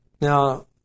Now